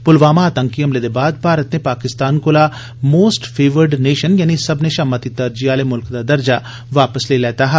प्लवामा आतंकी हमले दे बाद भारत नै पाकिस्तान कोला मोस्ट फेवर्ज नेशन यानि सब्बने शा मती तरजीह आले मुल्ख दा दर्जा वापस लेई लैता ऐ